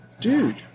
dude